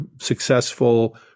successful